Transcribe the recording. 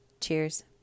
Cheers